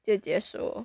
就结束